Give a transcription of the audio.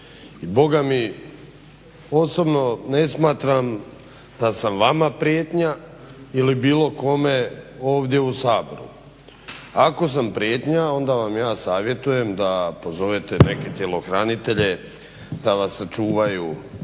boga mi osobno ne smatram da sam vama prijetnja ili bilo kome ovdje u Saboru. Ako sam prijetnja onda vam ja savjetujem da pozovete neke tjelohranitelje da vas sačuvaju od mene.